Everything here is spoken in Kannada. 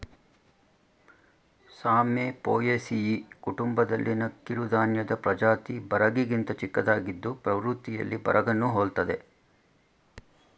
ಸಾಮೆ ಪೋಯೇಸಿಯಿ ಕುಟುಂಬದಲ್ಲಿನ ಕಿರುಧಾನ್ಯದ ಪ್ರಜಾತಿ ಬರಗಿಗಿಂತ ಚಿಕ್ಕದಾಗಿದ್ದು ಪ್ರವೃತ್ತಿಯಲ್ಲಿ ಬರಗನ್ನು ಹೋಲ್ತದೆ